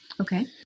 Okay